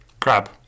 Crab